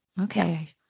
okay